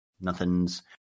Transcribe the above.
Nothing's